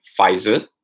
Pfizer